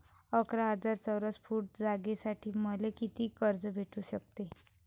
अकरा हजार चौरस फुट जागेसाठी मले कितीक कर्ज भेटू शकते?